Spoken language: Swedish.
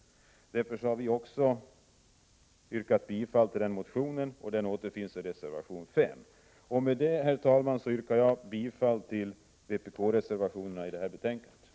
Vi har yrkat 143 bifall till den här centermotionen — yrkandet återfinns i reservation 5. Med detta, herr talman, yrkar jag bifall till vpk-reservationerna i detta betänkande.